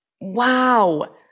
Wow